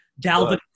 dalvin